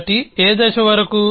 కాబట్టి ఏ దశ వరకు